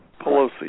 Pelosi